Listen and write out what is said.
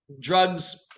Drugs